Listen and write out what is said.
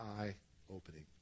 eye-opening